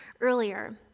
earlier